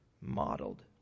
modeled